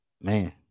man